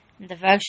Devotion